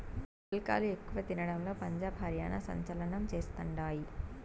పుల్కాలు ఎక్కువ తినడంలో పంజాబ్, హర్యానా సంచలనం చేస్తండాయి